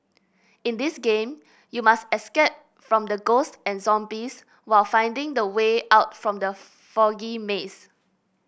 in this game you must escape from the ghost and zombies while finding the way out from the foggy maze